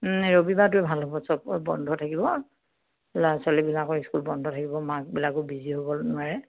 ৰবিবাৰটোৱে ভাল হ'ব চব বন্ধ থাকিব ল'ৰা ছোৱালীবিলাকৰ ইস্কুল বন্ধ থাকিব মাকবিলাকো বিজি হ'ব নোৱাৰে